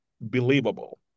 believable